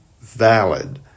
valid